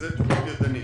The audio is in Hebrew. הוא טיפול ידני.